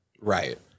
Right